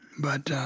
but,